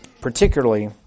particularly